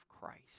Christ